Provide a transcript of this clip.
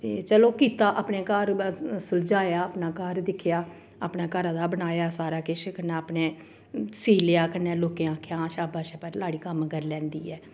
ते चलो कीता अपने घर सुलझाया अपना घर दिक्खेआ अपने घरा दा बनाया सारा किश कन्नै अपने सीऽ लेआ कन्नै लोकें आखेआ आं शाबाश भाई लाड़ी कम्म करी लैंदी ऐ